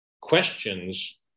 questions